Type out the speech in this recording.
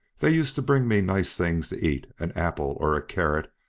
they used to bring me nice things to eat, an apple, or a carrot,